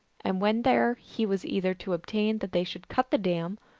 and when there he was either to obtain that they should cut the dam,